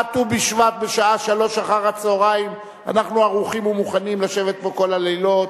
עד ט"ו בשבט בשעה 15:00 אנחנו ערוכים ומוכנים לשבת פה כל הלילות.